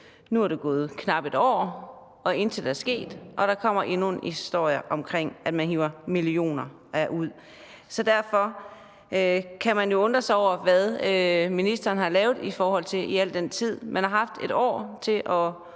nu er der gået knap et år, og intet er sket, og der kommer endnu en historie om, at der bliver hevet millioner af kroner ud. Derfor kan man undre sig over, hvad ministeren har lavet med hensyn til det i al den tid. Man har haft 1 år til at